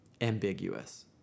ambiguous